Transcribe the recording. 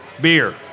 Beer